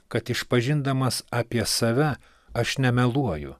kad išpažindamas apie save aš nemeluoju